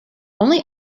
only